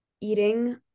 eating